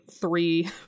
three